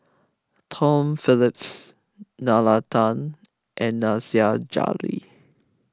Tom Phillips Nalla Tan and Nasir Jalil